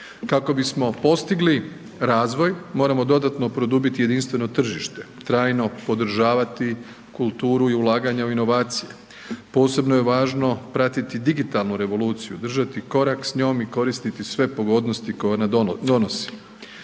Kako bismo postigli razvoj, moramo dodatno produbiti jedinstveno tržište, trajno podržavati kulturu i ulaganja u inovacije, posebno je važno pratiti digitalnu revoluciju, držati korak s njom i koristiti sve pogodnosti koje ona donosi,